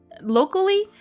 locally